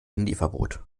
handyverbot